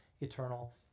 eternal